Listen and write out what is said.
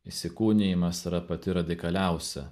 įsikūnijimas yra pati radikaliausia